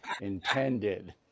intended